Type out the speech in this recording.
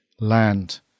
land